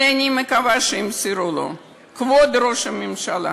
אבל אני מקווה שימסרו לו: כבוד ראש הממשלה,